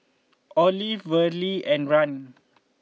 Olive Verle and Rahn